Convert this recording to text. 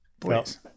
please